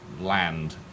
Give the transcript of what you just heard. land